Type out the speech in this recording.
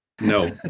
No